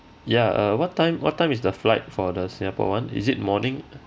ya uh what time what time is the flight for the singapore [one] is it morning